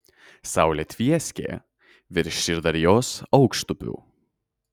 saulė tvieskė virš syrdarjos aukštupių